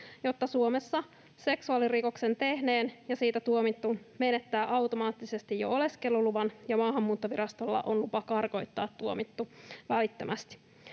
jotta Suomessa seksuaalirikoksen tehnyt ja siitä tuomittu menettää automaattisesti oleskeluluvan ja Maahanmuuttovirastolla on lupa karkottaa tuomittu välittömästi.